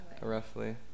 roughly